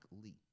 Lee